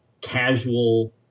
casual